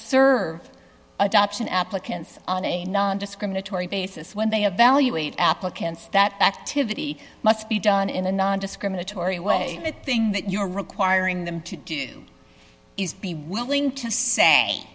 serve adoption applicants on a nondiscriminatory basis when they evaluate applicants that activity must be done in a nondiscriminatory way the thing that you're requiring them to do is be willing to say